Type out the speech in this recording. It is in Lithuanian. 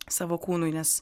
savo kūnui nes